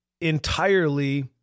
entirely